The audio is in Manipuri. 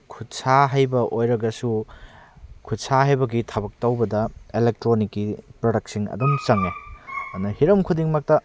ꯈꯨꯠꯁꯥ ꯍꯩꯕ ꯑꯣꯏꯔꯒꯁꯨ ꯈꯨꯠꯁꯥ ꯍꯩꯕꯒꯤ ꯊꯥꯕꯛ ꯇꯧꯕꯗ ꯏꯂꯦꯛꯇ꯭ꯔꯣꯅꯤꯛꯀꯤ ꯄ꯭ꯔꯣꯗꯛꯁꯤꯡ ꯑꯗꯨꯝ ꯆꯪꯉꯦ ꯑꯗꯨꯅ ꯍꯤꯔꯝ ꯈꯨꯗꯤꯡꯃꯛꯇ